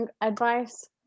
advice